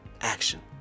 action